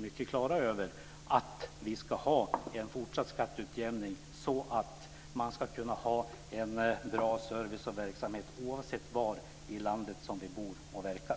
mycket klara över att vi ska ha en fortsatt skatteutjämning så att vi ska kunna ha en bra service och verksamhet oavsett var i landet som vi bor och verkar.